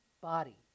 body